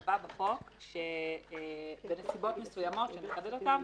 שייקבע בחוק שבנסיבות מסוימות, שנחדד אותן,